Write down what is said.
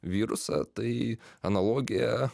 virusą tai analogija